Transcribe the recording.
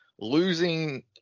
losing